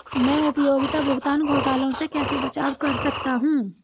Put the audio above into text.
मैं उपयोगिता भुगतान घोटालों से कैसे बचाव कर सकता हूँ?